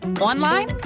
Online